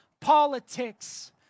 politics